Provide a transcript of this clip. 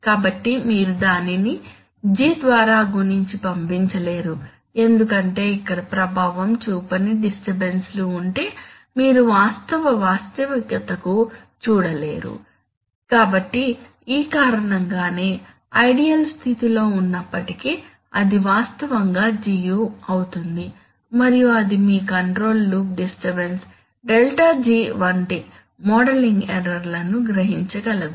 కాబట్టి మీరు దానిని G ద్వారా గుణించి పంపించలేరు ఎందుకంటే ఇక్కడ ప్రభావం చూపని డిస్టర్బన్స్ లు ఉంటే మీరు వాస్తవ వాస్తవికతకు చూడలేరు కాబట్టి ఈ కారణంగానే ఐడియల్ స్థితిలో ఉన్నప్పటికీ అది వాస్తవంగా Gu అవుతుంది మరియు అది మీ కంట్రోల్ లూప్ డిస్టర్బన్స్ ΔG వంటి మోడలింగ్ ఎర్రర్ లను గ్రహించగలదు